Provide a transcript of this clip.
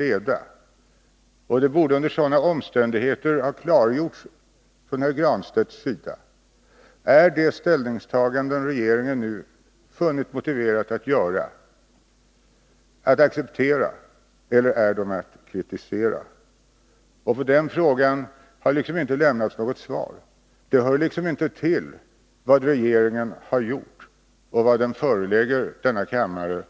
Herr Granstedt borde under sådana omständigheter ha klargjort om de ställningstaganden som regeringen nu har funnit det motiverat att göra kan accepteras eller om de skall kritiseras. På den frågan har det inte lämnats något svar — det hör liksom inte hit vad regeringen har gjort och vad den förelägger denna kammare